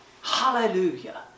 Hallelujah